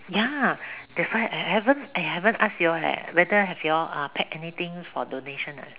ya that's why I haven't I haven't ask you all leh whether have you all uh packed anything for donation or not